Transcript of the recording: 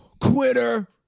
quitter